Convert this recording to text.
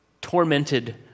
Tormented